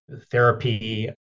therapy